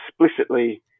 explicitly